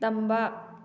ꯇꯝꯕ